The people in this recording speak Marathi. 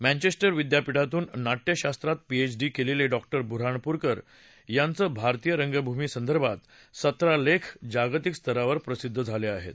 मँचेस्टर विद्यापीठातून नाट्यशास्त्रात पीएच डी केलेले डॉ बऱ्हाणपूरकर यांचे भारतीय रंगभूमीसंदर्भात सतरा लेख जागतिक स्तरावर प्रसिद्ध झाले होते